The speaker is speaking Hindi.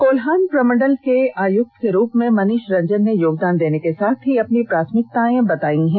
कोल्हान प्रमंडल के आयक्त के रूप में मनीष रंजन ने योगदान देने के साथ ही अपनी प्राथमिकताएं भी बताई हैं